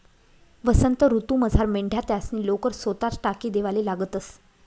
वसंत ऋतूमझार मेंढ्या त्यासनी लोकर सोताच टाकी देवाले लागतंस